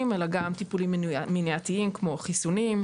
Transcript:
אלא גם טיפולים מניעתיים כמו חיסונים,